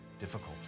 Difficult